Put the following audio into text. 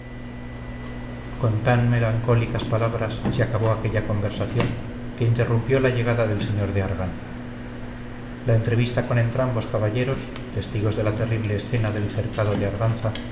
con tan melancólicas palabras se acabó aquella conversación que interrumpió la llegada del señor de arganza la entrevista con entrambos caballeros testigos de la terrible escena del cercado de arganza